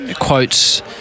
Quotes